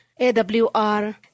AWR